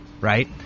right